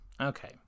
Okay